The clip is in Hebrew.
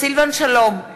סילבן שלום,